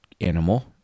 animal